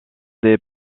des